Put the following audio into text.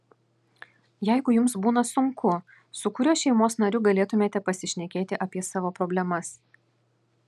jeigu jums būna sunku su kuriuo šeimos nariu galėtumėte pasišnekėti apie savo problemas